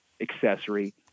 accessory